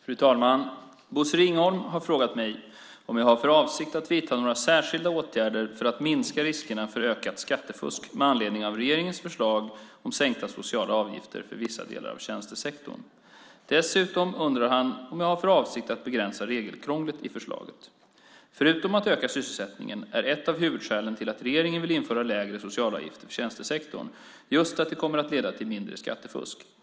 Fru talman! Bosse Ringholm har frågat mig om jag har för avsikt att vidta några särskilda åtgärder för att minska riskerna för ökat skattefusk med anledning av regeringens förslag om sänkta socialavgifter för vissa delar av tjänstesektorn. Dessutom undrar han om jag har för avsikt att begränsa regelkrånglet i förslaget. Förutom att öka sysselsättningen är ett av huvudskälen till att regeringen vill införa lägre socialavgifter för tjänstesektorn just att det kommer att leda till mindre skattefusk.